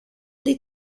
des